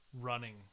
running